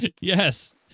Yes